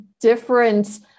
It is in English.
different